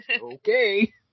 Okay